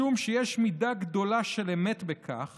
משום שיש מידה גדולה של אמת בכך